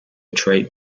treat